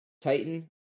Titan